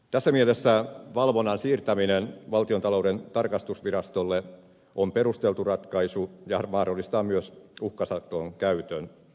tässä mielessä valvonnan siirtäminen valtiontalouden tarkastusvirastolle on perusteltu ratkaisu ja mahdollistaa myös uhkasakon käytön